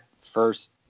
first